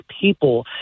people